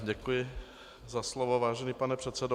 Děkuji za slovo, vážený pane předsedo.